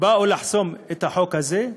באו לחסום את החוק הזה,